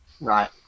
Right